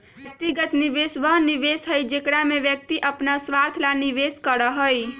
व्यक्तिगत निवेश वह निवेश हई जेकरा में व्यक्ति अपन स्वार्थ ला निवेश करा हई